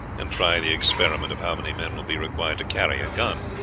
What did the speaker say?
and try the experiment of how many men will be required to carry a gun